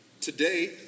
Today